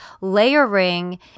Layering